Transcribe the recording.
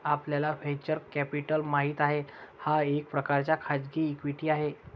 आपल्याला venture capital माहित आहे, हा एक प्रकारचा खाजगी इक्विटी आहे